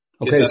Okay